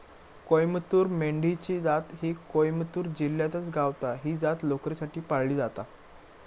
कोईमतूर मेंढी ची जात ही कोईमतूर जिल्ह्यातच गावता, ही जात लोकरीसाठी पाळली जाता